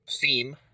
theme